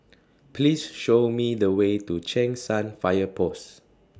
Please Show Me The Way to Cheng San Fire Post